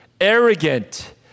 arrogant